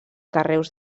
carreus